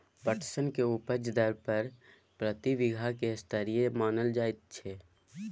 पटसन के उपज दर प्रति बीघा की स्तरीय मानल जायत छै?